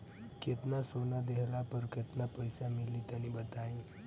केतना सोना देहला पर केतना पईसा मिली तनि बताई?